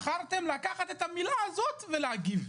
בחרתם לקחת את המילה הזאת ולהגיב.